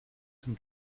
zum